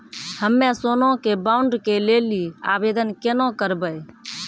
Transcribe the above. हम्मे सोना के बॉन्ड के लेली आवेदन केना करबै?